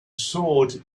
sword